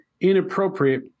inappropriate